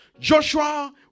Joshua